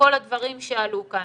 מכל הדברים שעלו כאן.